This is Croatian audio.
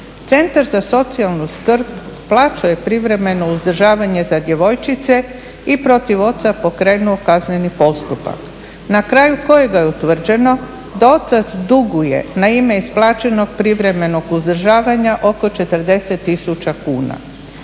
Centar za socijalnu skrb plaćao je privremeno uzdržavanje za djevojčice i protiv oca pokrenuo kazneni postupak na kraju kojega je utvrđeno da otac duguje na ime isplaćenog privremenog uzdržavanja oko 40 tisuća kuna.